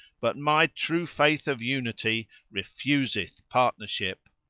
but my true faith of unity refuseth partnership.